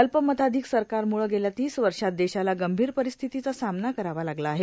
अल्पमताधीक सरकारम्ळे गेल्या तीस वर्षात देशाला गंभीर परिस्थितीचा सामना करावा लागला आहे